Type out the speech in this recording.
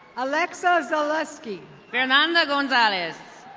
alexa zaleski. veranda gonzalez.